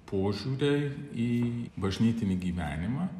požiūriai į bažnytinį gyvenimą